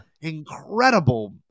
incredible